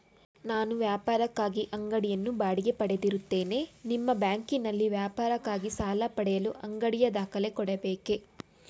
ನಾನು ವ್ಯಾಪಾರಕ್ಕಾಗಿ ಅಂಗಡಿಯನ್ನು ಬಾಡಿಗೆ ಪಡೆದಿರುತ್ತೇನೆ ನಿಮ್ಮ ಬ್ಯಾಂಕಿನಲ್ಲಿ ವ್ಯಾಪಾರಕ್ಕಾಗಿ ಸಾಲ ಪಡೆಯಲು ಅಂಗಡಿಯ ದಾಖಲೆ ಕೊಡಬೇಕೇ?